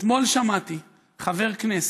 אתמול שמעתי חבר כנסת,